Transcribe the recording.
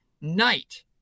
night